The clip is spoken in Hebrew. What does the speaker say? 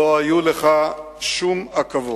לא היו לך שום עכבות,